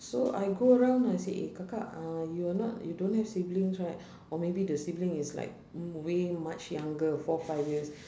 so I go around I said eh kakak uh you're not you don't have siblings right or maybe the sibling is like way much younger four five years